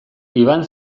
iban